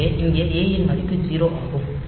எனவே இங்கே ஏ ன் மதிப்பு 0 ஆகும்